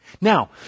Now